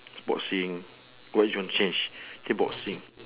boxing what you gonna change kickboxing